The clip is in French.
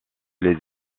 les